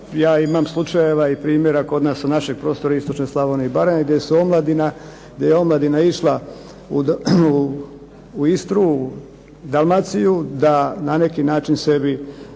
ja imam slučajeva i primjera kod nas u našem prostoru istočne Slavonije i Baranje, gdje je omladina išla u Istru i Dalmaciju da na neki način sebi